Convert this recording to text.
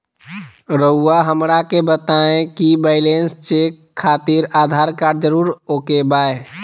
रउआ हमरा के बताए कि बैलेंस चेक खातिर आधार कार्ड जरूर ओके बाय?